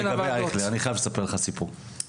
אני חייב לספר לך סיפור לגבי אייכלר,